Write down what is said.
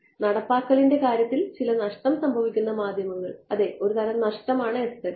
നടപ്പാക്കലിന്റെ കാര്യത്തിൽ ചില നഷ്ടം സംഭവിക്കുന്ന മാധ്യമങ്ങൾ അതെ ഒരുതരം നഷ്ടമാണ് s z